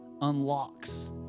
unlocks